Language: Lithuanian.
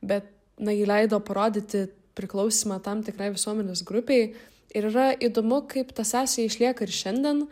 bet na ji leido parodyti priklausymą tam tikrai visuomenės grupei ir yra įdomu kaip ta sąsaja išlieka ir šiandien